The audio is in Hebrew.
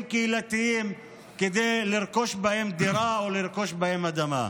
קהילתיים כדי לרכוש בהם דירה או לרכוש בהם אדמה.